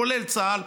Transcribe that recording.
כולל צה"ל,